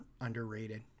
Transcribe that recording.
underrated